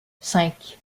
cinq